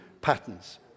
patterns